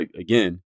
again